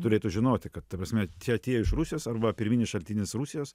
turėtų žinoti kad ta prasme tie atėję iš rusijos arba pirminis šaltinis rusijos